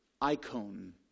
icon